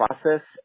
process